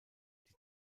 die